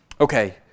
Okay